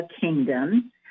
kingdom